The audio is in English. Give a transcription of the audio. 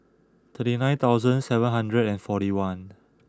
thirty nine thousand seven hundred and forty one